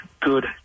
good